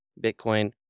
Bitcoin